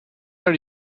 are